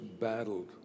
battled